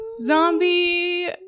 zombie